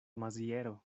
maziero